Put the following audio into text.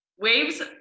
Waves